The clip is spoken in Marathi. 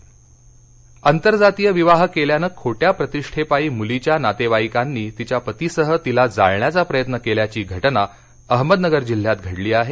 अहमदनगर आंतरजातीय विवाह केल्यानं खोट्या प्रतिष्ठेपायी मुलीच्या नातेवाईकांनी तिच्या पतीसह तिला जाळण्याचा प्रयत्न केल्याची घटना अहमदनगर जिल्ह्यात घडली आहे